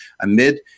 amid